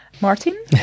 Martin